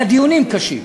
היו דיונים קשים.